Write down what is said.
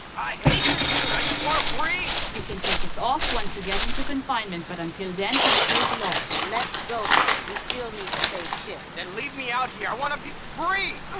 i hate this suit, i just wanna breathe! you can take it off once you get into confinement, but until then, it stays locked let's go, brother. we still need to save chip then leave me out here, i wanna be free!